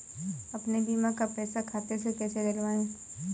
अपने बीमा का पैसा खाते में कैसे डलवाए?